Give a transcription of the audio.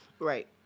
Right